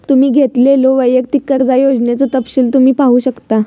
तुम्ही घेतलेल्यो वैयक्तिक कर्जा योजनेचो तपशील तुम्ही पाहू शकता